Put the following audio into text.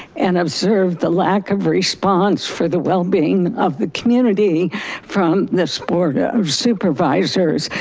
and observe the lack of response for the well being of the community from this board ah of supervisors.